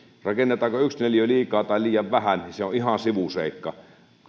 rakennetaanko yksi neliö liikaa tai liian vähän se on ihan sivuseikka